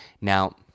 Now